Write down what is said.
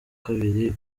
kabiri